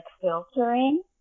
filtering